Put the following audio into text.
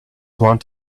want